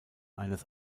eines